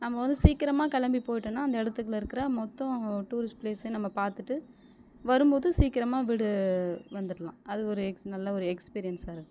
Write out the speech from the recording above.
நம்ம வந்து சீக்கிரமாக கிளம்பி போயிட்டோம்னா அந்த இடத்துக்குள்ள இருக்கிற மொத்தம் டூரிஸ்ட் ப்ளேஸையும் நாம் பார்த்துட்டு வரும் போது சீக்கிரமாக வீடு வந்துரலாம் அது ஒரு எக்ஸ் நல்ல ஒரு எக்ஸ்பீரியன்ஸாக இருக்கும்